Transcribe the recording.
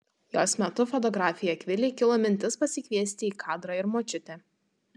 jos metu fotografei akvilei kilo mintis pasikviesti į kadrą ir močiutę